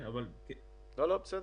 בסדר.